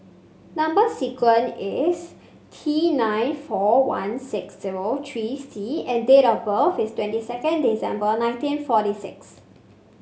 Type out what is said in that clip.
number sequence is T nine four one six zero three C and date of birth is twenty second December nineteen forty six